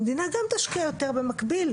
המדינה גם תשקיע יותר במקביל.